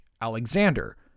Alexander